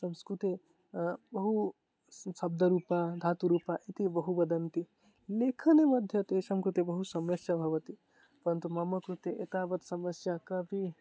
संस्कृते बहु शब्दरूपं धातुरूपम् इति बहु वदन्ति लेखनमध्ये तेषां कृते बहु समस्या भवति परन्तु मम कृते एतावती समस्या कापि